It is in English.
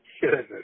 Goodness